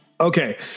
Okay